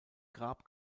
grab